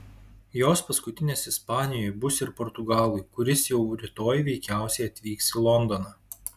jos paskutinės ispanijoje bus ir portugalui kuris jau rytoj veikiausiai atvyks į londoną